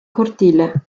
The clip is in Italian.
cortile